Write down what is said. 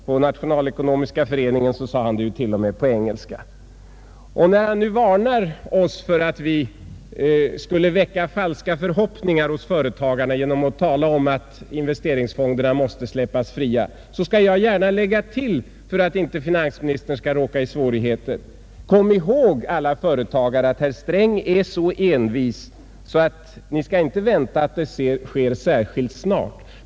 På Nationalekonomiska föreningen sade han det t.o.m. på När han varnar oss för att väcka falska förhoppningar hos företagarna genom att tala om att investeringsfonderna måste släppas fria, skall jag gärna lägga till för att finansministern inte skall råka i svårigheter: Kom ihåg, alla företagare, att herr Sträng är så envis att ni inte skall vänta att det sker särskilt snart.